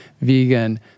vegan